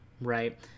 right